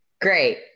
Great